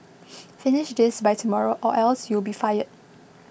finish this by tomorrow or else you'll be fired